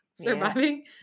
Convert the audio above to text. surviving